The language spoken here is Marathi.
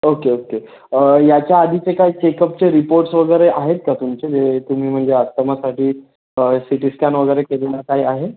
ओके ओके याच्या आधीचे काय चेकअपचे रिपोर्ट्स वगैरे आहेत का तुमचे हे तुम्ही म्हणजे आस्तमासाठी सीटी स्कॅन वगैरे केलेला काही आहे